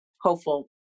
hopeful